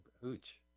hooch